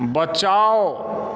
बचाउ